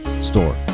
store